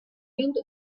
wind